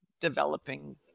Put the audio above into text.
developing